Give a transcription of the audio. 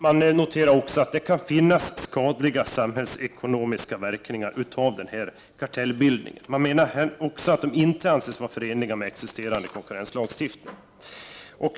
De noterar också att det kan finnas skadliga samhällsekonomiska verkningar av kartellbildningen, som de inte anser vara förenlig med existerande konkurrenslagstiftning.